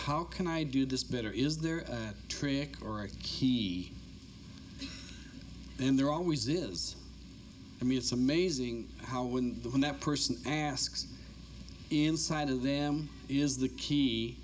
how can i do this better is there a trick or a key and there always is i mean it's amazing how when the net person asks inside of them is the key